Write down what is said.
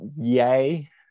yay